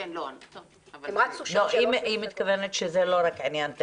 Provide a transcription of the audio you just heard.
היא מתכוונת ששם זה לא היה רק טכני.